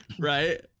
Right